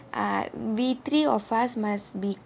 uh we three of us must be